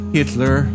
Hitler